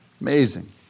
Amazing